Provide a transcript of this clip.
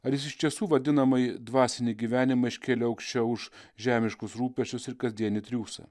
ar jis iš tiesų vadinamąjį dvasinį gyvenimą iškėlė aukščiau už žemiškus rūpesčius ir kasdienį triūsą